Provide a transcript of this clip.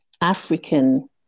african